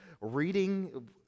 reading